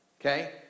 okay